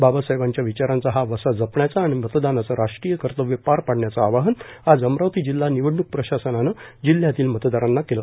बाबासाहेबांच्या विचारांचा हा वसा जपण्याचं आणि मतदानाचं राष्ट्रीय कर्तव्य पार पाडण्याचं आवाहन आज अमरावती जिल्हा निवडणुक प्रशासनानं जिल्हयातील मतदारांना केलं